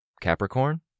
Capricorn